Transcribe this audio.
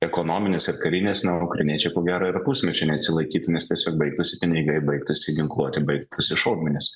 ekonominės ir karinės na ukrainiečiai ko gero ir pusmečio neatsilaikytų nes tiesiog baigtųsi pinigai baigtųsi ginkluotė baigtųsi šaudmenys